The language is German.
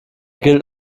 gilt